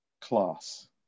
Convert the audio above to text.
class